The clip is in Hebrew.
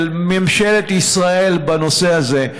של ממשלת ישראל בנושא הזה.